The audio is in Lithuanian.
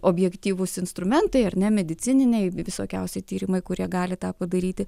objektyvūs instrumentai ar ne medicininiai visokiausi tyrimai kurie gali tą padaryti